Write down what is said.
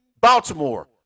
Baltimore